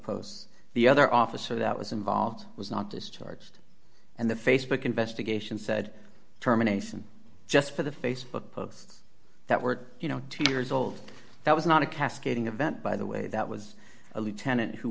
posts the other officer that was involved was not discharged and the facebook investigation said terminations just for the facebook posts that were you know two years old that was not a cascading event by the way that was a lieutenant who